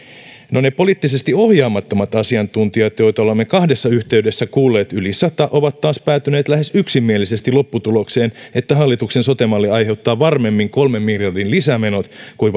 ne poliittisesti ohjaamattomat asiantuntijat joita olemme kahdessa yhteydessä kuulleet yli sata ovat taas päätyneet lähes yksimielisesti lopputulokseen että hallituksen sote malli aiheuttaa varmemmin kolmen miljardin lisämenot kuin